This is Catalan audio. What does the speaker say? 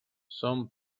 són